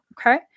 Okay